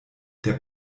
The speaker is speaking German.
der